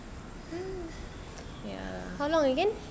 mm how long again